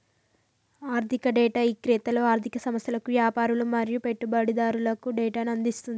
ఆర్ధిక డేటా ఇక్రేతలు ఆర్ధిక సంస్థలకు, యాపారులు మరియు పెట్టుబడిదారులకు డేటాను అందిస్తుంది